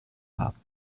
haben